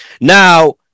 Now